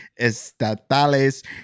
estatales